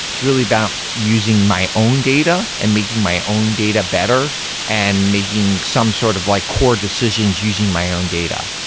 it's really about using my own data and making my own data better and making some sort of like core decisions using my own data.